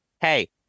hey